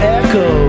echo